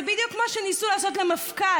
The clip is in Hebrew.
זה בדיוק מה שניסו לעשות למפכ"ל.